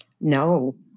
No